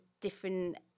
different